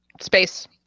space